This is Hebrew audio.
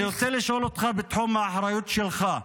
אני רוצה לשאול אותך בתחום האחריות שלך,